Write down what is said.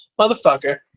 motherfucker